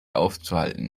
aufzuhalten